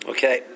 Okay